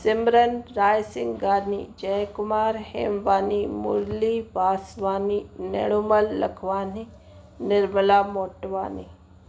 Simran Raisinghani Jaikumar Hemwani Murli Baswani Nenumal Lakhwani Nirmala Motwani